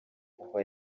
kuva